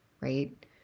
right